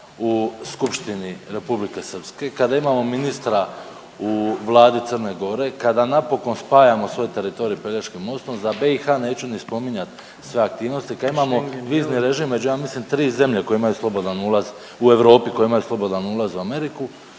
u skupštini Republike Srpske, kada imamo ministra u vladi Crne Gore, kada napokon spajamo svoj teritorij Pelješkim mostom. Za BiH neću ni spominjat sve aktivnosti, kad imamo vizni režim među ja mislim 3 zemlje koje imaju slobodan ulaz u Europi, koje imaju slobodan ulaz u Ameriku.